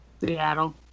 Seattle